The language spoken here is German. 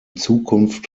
zukunft